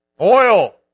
Oil